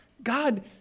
God